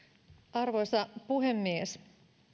arvoisa puhemies